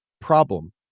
problem